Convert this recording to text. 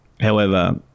However-